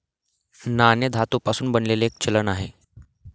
नाणे धातू पासून बनलेले एक चलन आहे